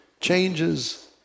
changes